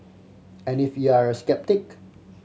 and if you're a sceptic